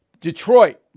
Detroit